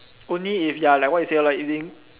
only if ya like what you say lor like if it